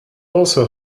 also